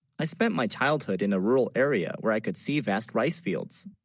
i spent my childhood in a rural area, where i could see vast rice fields